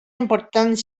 important